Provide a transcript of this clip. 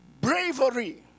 bravery